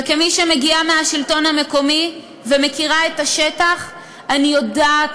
וכמי שמגיעה מהשלטון המקומי ומכירה את השטח אני יודעת